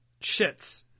shits